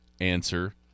answer